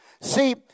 See